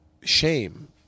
shame